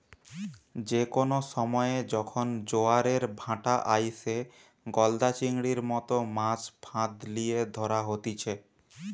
যে কোনো সময়ে যখন জোয়ারের ভাঁটা আইসে, গলদা চিংড়ির মতো মাছ ফাঁদ লিয়ে ধরা হতিছে